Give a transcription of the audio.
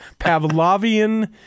Pavlovian